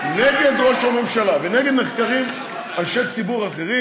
למה זה הגיע עכשיו?